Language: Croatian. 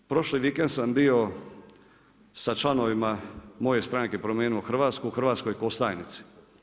Prošli vikend sam bio sa članovima moje stranke Promijenimo Hrvatsku u Hrvatskoj Kostajnici.